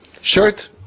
Shirt